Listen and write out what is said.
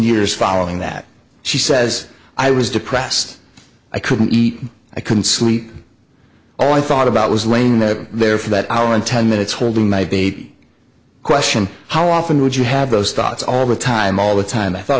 years following that she says i was depressed i couldn't eat i couldn't sleep all i thought about was laying that there for that hour in ten minutes holding my baby question how often would you have those thoughts all the time all the time i thought